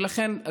ולכן,